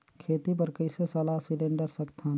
खेती बर कइसे सलाह सिलेंडर सकथन?